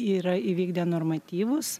yra įvykdę normatyvus